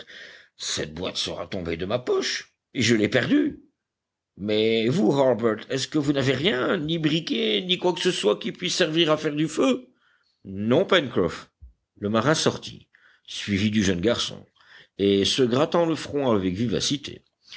cette boîte sera tombée de ma poche et je l'ai perdue mais vous harbert est-ce que vous n'avez rien ni briquet ni quoi que ce soit qui puisse servir à faire du feu non pencroff le marin sortit suivi du jeune garçon et se grattant le front avec vivacité